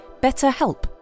BetterHelp